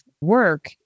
work